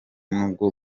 n’ubwo